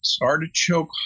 artichoke